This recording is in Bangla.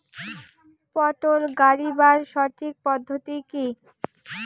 পটল গারিবার সঠিক পদ্ধতি কি?